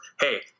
hey